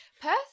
perth